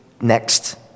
next